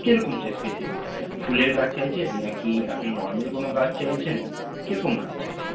কেরকম চাই স্পেসিফিক ফুলের গাছ চাইছেন না কি আপনি নর্ম্যাল কোনো গাছ চাইছেন কীরকম গাছ চাইছেন